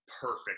perfect